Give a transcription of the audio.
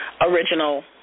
original